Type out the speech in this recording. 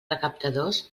recaptadors